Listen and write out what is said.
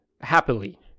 Happily